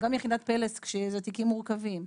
גם יחידת פלס כשאלה תיקים מורכבים,